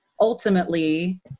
ultimately